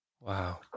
Wow